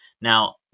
Now